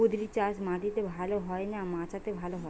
কুঁদরি চাষ মাটিতে ভালো হয় না মাচাতে ভালো হয়?